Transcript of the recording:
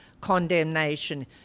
condemnation